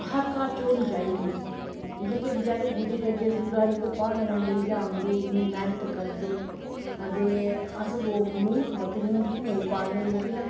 हर घर च होनीं चाही दी एह् जेह्के गुज्जर बचैरे जेह्के एडै दूरा दा प्हाड़ें दा लेइयै आंदे एह् इन्नी मैह्नत करदे ते अस लोग इनैं बकरियें गी नेंई पालनें ते लेकिन